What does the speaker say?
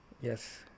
yes